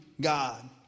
God